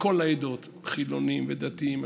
מכל העדות: חילונים ודתיים,